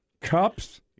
Cups